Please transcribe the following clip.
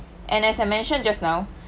and as I mention just now